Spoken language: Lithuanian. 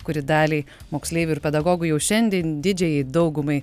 kuri daliai moksleivių ir pedagogų jau šiandien didžiajai daugumai